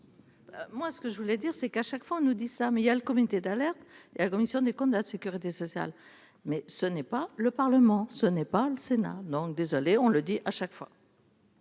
Moi ce que je voulais dire c'est qu'à chaque fois on nous dit ça, mais il y a le comité d'alerte et la Commission des comptes de la Sécurité sociale mais ce n'est pas le Parlement, ce n'est pas le Sénat, donc désolé, on le dit à chaque fois.